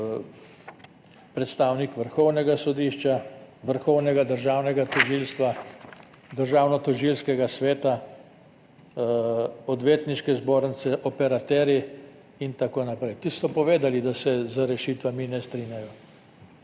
predstavnik Vrhovnega sodišča, Vrhovnega državnega tožilstva, Državnotožilskega sveta, Odvetniške zbornice, operaterji in tako naprej. Ti so povedali, da se z rešitvami ne strinjajo.